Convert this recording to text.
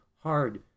hard